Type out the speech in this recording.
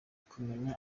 kumenya